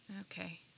Okay